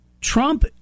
Trump